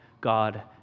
God